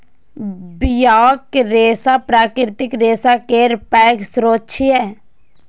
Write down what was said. बियाक रेशा प्राकृतिक रेशा केर पैघ स्रोत छियै